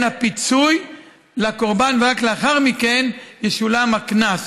הפיצוי לקורבן ורק לאחר מכן ישולם הקנס.